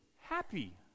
happy